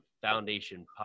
Foundation